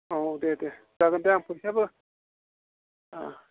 अ दे दे जागोन दे आं फैसायाबो